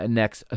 next